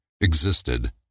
existed